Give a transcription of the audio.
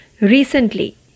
recently